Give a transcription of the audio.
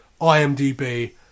IMDb